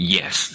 Yes